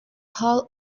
hall